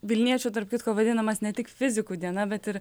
vilniečių tarp kitko vadinamas ne tik fizikų diena bet ir